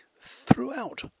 throughout